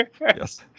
Yes